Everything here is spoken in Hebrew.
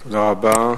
תודה רבה.